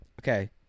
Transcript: okay